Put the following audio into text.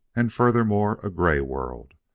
and furthermore, a gray world.